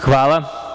Hvala.